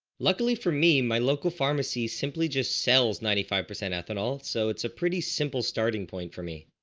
luckily for me my local pharmacies simply just sells ninety-five percent ethanol so it's a pretty simple starting point for me.